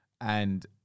And-